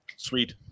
Sweet